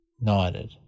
nodded